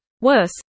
Worse